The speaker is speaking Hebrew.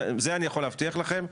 את זה אני יכול להבטיח לכם,